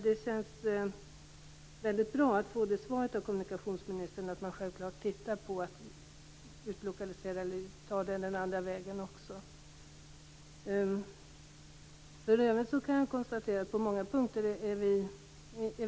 Det känns väldigt bra att få det svaret av kommunikationsministern, att man självfallet tittar på möjligheten att utlokalisera eller att lösa det den andra vägen. För övrigt är vi överens på många punkter.